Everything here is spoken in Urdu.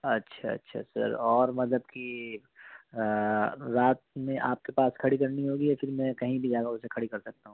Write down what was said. اچھا اچھا سر اور مطلب کہ رات میں آپ کے پاس کھڑی کرنی ہوگی یا پھر میں کہیں بھی جا کر اسے کھڑی کر سکتا ہوں